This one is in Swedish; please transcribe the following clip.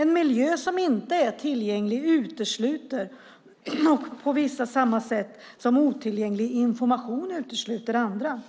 En miljö som inte är tillgänglig utesluter funktionsnedsatta på samma sätt som otillgänglig information utesluter andra.